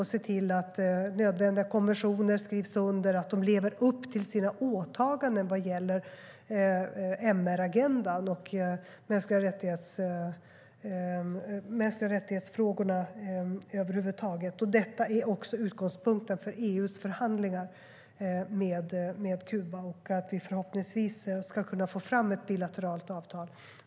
Vi måste se till att nödvändiga konventioner skrivs under och att man lever upp till sina åtaganden när det gäller MR-agendan och mänskliga rättigheter över huvud taget. Detta är också utgångspunkten för EU:s förhandlingar med Kuba. Förhoppningsvis ska vi kunna få fram ett bilateralt avtal.